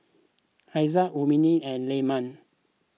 Haziq Ummi and Leman